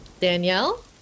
Danielle